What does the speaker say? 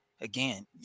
again